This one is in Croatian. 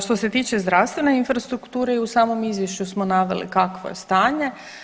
Što se tiče zdravstvene infrastrukture i u samom izvješću smo naveli kakvo je stanje.